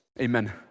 Amen